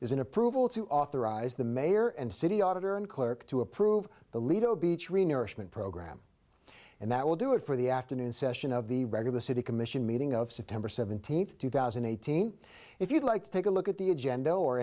an approval to authorize the mayor and city auditor and clerk to approve the lido beach renier shipment program and that will do it for the afternoon session of the regular city commission meeting of september seventeenth two thousand and eighteen if you'd like to take a look at the agenda or